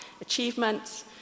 achievements